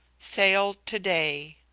sailed to-day.